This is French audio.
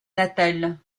natale